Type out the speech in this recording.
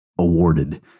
Awarded